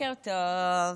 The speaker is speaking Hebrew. בוקר טוב.